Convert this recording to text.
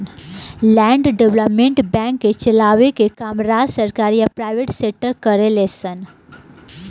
land development bank के चलाए के काम राज्य सरकार या प्राइवेट सेक्टर करेले सन